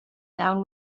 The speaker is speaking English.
down